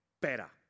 Better